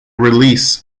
release